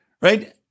right